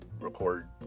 record